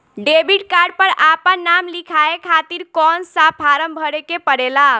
Debit card पर आपन नाम लिखाये खातिर कौन सा फारम भरे के पड़ेला?